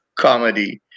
comedy